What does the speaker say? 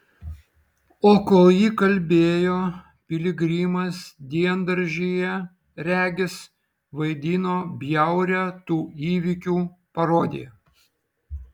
o kol ji kalbėjo piligrimas diendaržyje regis vaidino bjaurią tų įvykių parodiją